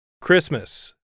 Christmas